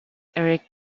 erich